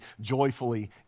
joyfully